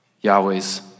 Yahweh's